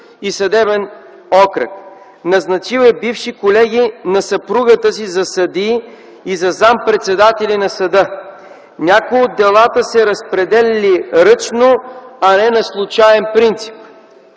и съдебен окръг. Назначил е бивши колеги на съпругата си за съдии и за заместник-председатели на съда. Някои от делата са се разпределяли ръчно, а не на случаен принцип.